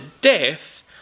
death